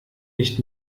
nicht